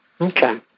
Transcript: Okay